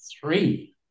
three